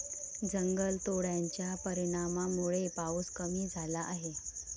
जंगलतोडाच्या परिणामामुळे पाऊस कमी झाला आहे